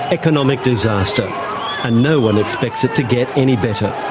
economic disaster, and no one expects it to get any better.